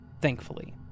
thankfully